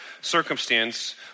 circumstance